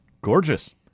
Gorgeous